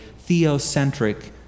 theocentric